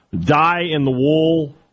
die-in-the-wool